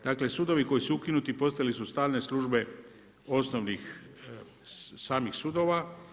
Dakle sudovi koji su ukinuti postali su stalne službe osnovnih, samih sudova.